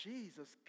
Jesus